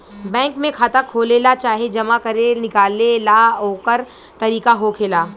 bank में खाता खोलेला चाहे जमा करे निकाले ला ओकर तरीका होखेला